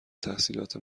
تحصیلات